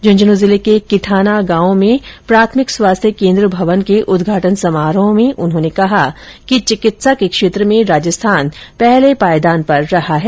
झुन्झुनू जिले के किंठाना गांव में ह प्राथमिक स्वास्थ्य केन्द्र भवन के उदघाटन समारोह में उन्होंने कहा कि चिकित्सा के क्षेत्र में राजस्थान पहले पायदान पर रहा है